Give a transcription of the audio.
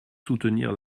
soutenir